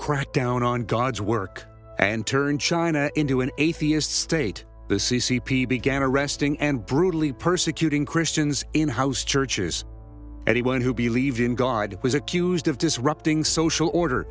crackdown on god's work and turn china into an atheist state the c c p began arresting and brutally persecuting christians in house churches anyone who believed in god was accused of disrupting social order